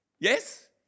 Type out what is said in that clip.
Yes